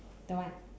don't want